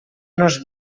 nos